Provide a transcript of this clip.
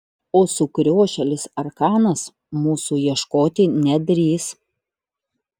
o sukriošėlis arkanas mūsų ieškoti nedrįs